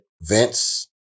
Vince